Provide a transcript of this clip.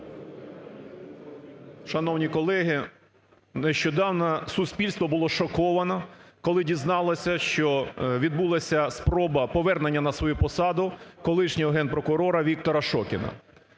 Шановні колеги, нещодавно суспільство було шоковане, коли дізналося, що відбулася спроба повернення на свою посаду колишнього Генпрокурора Віктора Шокіна.